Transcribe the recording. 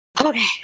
Okay